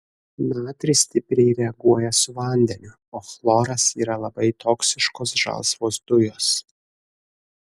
natris stipriai reaguoja su vandeniu o chloras yra labai toksiškos žalsvos dujos